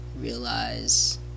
realize